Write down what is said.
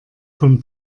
vom